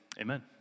Amen